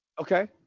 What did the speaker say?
Okay